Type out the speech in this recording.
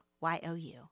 Y-O-U